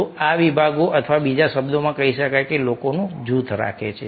તો આ વિભાગો અથવા બીજા શબ્દોમાં કહી શકાય કે લોકોનું જૂથ રાખે છે